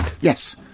Yes